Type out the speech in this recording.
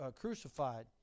crucified